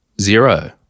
Zero